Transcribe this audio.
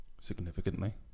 significantly